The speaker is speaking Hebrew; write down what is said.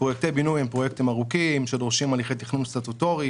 פרויקטי בינוי הם פרויקטים ארוכים שדורשים הליכי תכנון סטטוטורי,